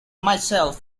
myself